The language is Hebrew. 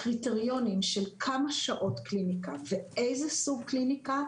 הקריטריונים של כמה שעות קליניקה ואיזה סוג קליניקה,